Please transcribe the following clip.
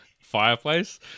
fireplace